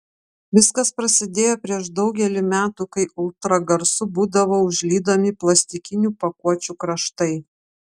viskas prasidėjo prieš daugelį metų kai ultragarsu būdavo užlydomi plastikinių pakuočių kraštai